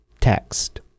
Text